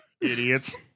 Idiots